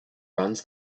runs